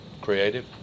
Creative